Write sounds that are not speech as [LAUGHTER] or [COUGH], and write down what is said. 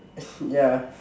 [BREATH] ya